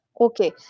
Okay